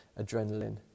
adrenaline